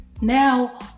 Now